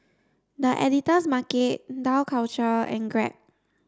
the Editor's Market Dough Culture and Grab